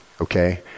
Okay